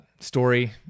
story